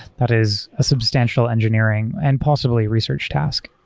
that is a substantial engineering and possibly research task.